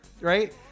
right